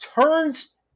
turns